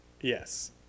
Yes